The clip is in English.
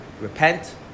repent